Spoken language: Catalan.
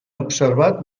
observat